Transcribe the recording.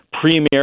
premier